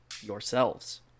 yourselves